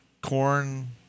Corn